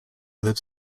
lives